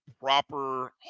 proper